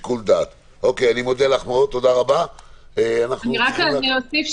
אנחנו כוועדה לא רק מבקרים ועוקבים אלא אנחנו גם נותנים רעיונות לפעמים.